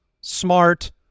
smart –